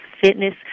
fitness